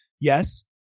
Yes